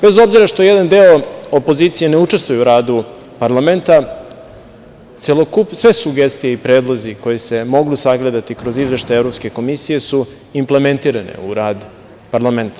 Bez obzira što jedan deo opozicije ne učestvuje u radu parlamenta, sve sugestije i predlozi koji se mogu sagledati kroz izveštaj Evropske komisije su implementirani u rad parlamenta.